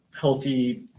healthy